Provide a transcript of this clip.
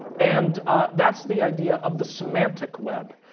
and that's the idea of the semantic web.